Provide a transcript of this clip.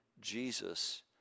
Jesus